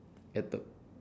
at the